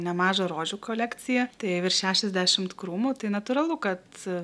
nemažą rožių kolekciją tai virš šešiasdešimt krūmų tai natūralu kad